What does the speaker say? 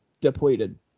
depleted